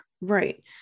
right